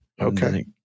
Okay